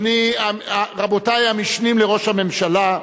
רבותי המשנים לראש הממשלה,